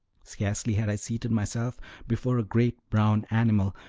scarcely had i seated myself before a great brown animal,